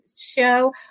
show